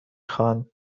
خواهند